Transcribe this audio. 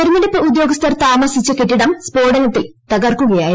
തെരഞ്ഞെടുപ്പ് ഉദ്യോഗസ്ഥർ താമസിച്ച കെട്ടിടം സ്ഫോടനത്തിൽ തകർക്കുകയായിരുന്നു